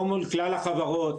לא מול כלל החברות.